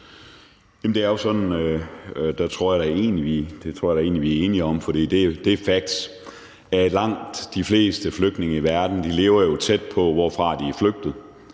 – og det tror jeg da egentlig at vi er enige om, for det er facts – at langt de fleste flygtninge i verden lever tæt på, hvorfra de er flygtet,